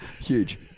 Huge